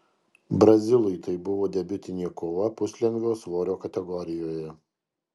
brazilui tai buvo debiutinė kova puslengvio svorio kategorijoje